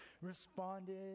responded